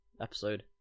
episode